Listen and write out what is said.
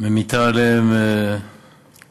ממיטה עליהם קושי,